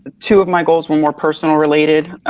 two of my goals were more personal related.